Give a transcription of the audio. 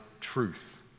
truth